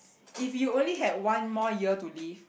if you only had one more year to live